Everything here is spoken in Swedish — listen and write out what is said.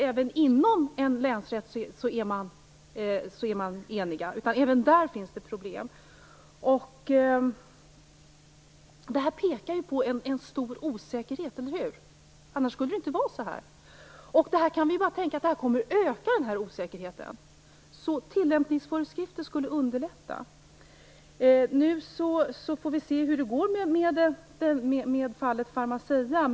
Även inom en länsrätt är man alltså inte eniga, utan även där finns det problem. Det pekar på en stor osäkerhet, eller hur? Annars skulle det inte vara så. Den osäkerheten kommer att öka. Tillämpningsföreskrifter skulle därför underlätta. Nu får vi se hur det går med fallet Pharmacia.